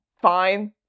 fine